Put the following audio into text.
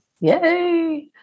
yay